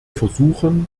versuchen